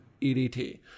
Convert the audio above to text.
edt